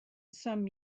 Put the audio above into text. some